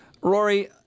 Rory